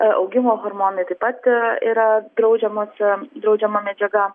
augimo hormonai taip pat ir yra draudžiamose draudžiama medžiaga